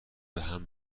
بهم